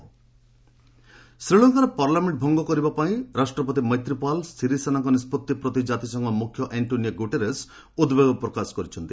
UN chief ଶ୍ରୀଲଙ୍କାର parliament ଭଙ୍ଗ କରିବାପାଇଁ ରାଷ୍ଟ୍ରପତି ମୈତ୍ରିପାଲ୍ ସିରିସେନାଙ୍କ ନିଷ୍କଭି ପ୍ରତି ଜାତିସଂଘ ମୁଖ୍ୟ ଆଣ୍ଟ୍ରୋନିଓ ଗୁଟେରେସ୍ ଉଦ୍ବେଗ ପ୍ରକାଶ କରିଛନ୍ତି